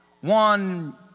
one